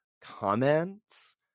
comments